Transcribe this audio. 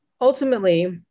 ultimately